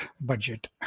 budget